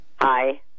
Hi